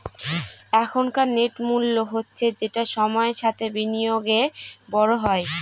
এখনকার নেট মূল্য হচ্ছে যেটা সময়ের সাথে বিনিয়োগে বড় হয়